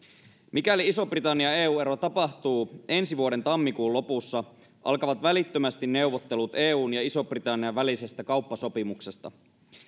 mikäli ison britannian eu ero tapahtuu ensi vuoden tammikuun lopussa alkavat välittömästi neuvottelut eun ja ison britannian välisestä kauppasopimuksesta